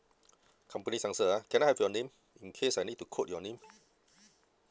company's answer ah can I have your name in case I need to quote your name